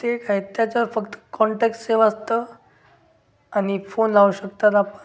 ते एक आहे त्याच्यावर फक्त कॉन्टॅक्ट सेव असतं आणि फोन लावू शकतात आपण